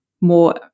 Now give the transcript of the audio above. more